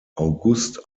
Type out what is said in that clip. august